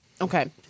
Okay